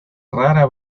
rara